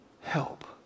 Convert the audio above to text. Help